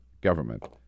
government